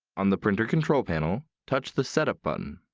on the printer control panel, touch the setup button.